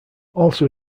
also